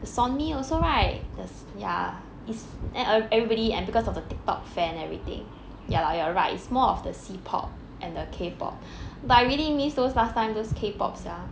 sunny also right the s~ ya is and uh everybody and because of the tiktok fan everything ya lah you are right it's more of the C pop and the K pop but I really miss those last time those K pop [sial]